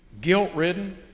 guilt-ridden